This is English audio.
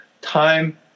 Time